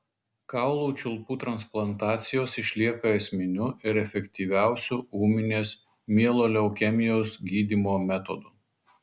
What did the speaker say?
kaulų čiulpų transplantacijos išlieka esminiu ir efektyviausiu ūminės mieloleukemijos gydymo metodu